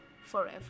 forever